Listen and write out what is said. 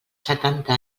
setanta